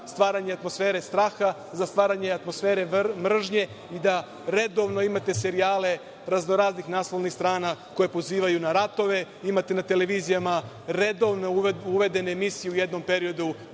stvaranje atmosfere straha, za stvaranje atmosfere mržnje i da redovno imate serijale razno raznih naslovnih strana koje pozivaju na ratove. Imate na televizijama uvedene emisije u jednom periodu